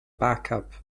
backup